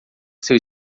seu